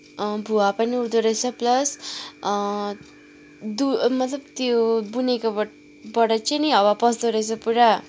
भुवा पनि उठ्दो रहेछ प्लास दु मतलब त्यो बुनेकोबाट चाहिँ नि हावा पस्दो रहेछ पुरा